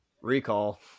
recall